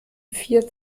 vier